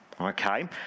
Okay